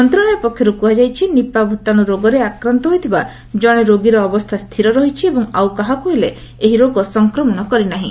ମନ୍ତ୍ରଣାଳୟ ପକ୍ଷରୁ କୁହାଯାଇଛି ନିପା ଭୂତାଣୁ ରୋଗରେ ଆକ୍ରାନ୍ତ ହୋଇଥିବା ଜଣେ ରୋଗୀର ଅବସ୍ଥା ସ୍ଥିର ରହିଛି ଏବଂ ଆଉ କାହାକୁ ହେଲେ ଏହି ରୋଗ ସଂକ୍ରମଣ କରି ନାହିଁ